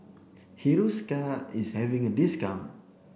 Hiruscar is having a discount